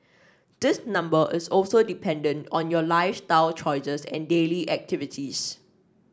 this number is also dependent on your lifestyle choices and daily activities